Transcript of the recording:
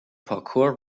parkour